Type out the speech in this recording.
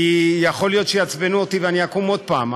כי יכול להיות שיעצבנו אותי ואני אקום עוד פעם,